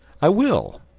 i will.